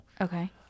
Okay